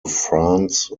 france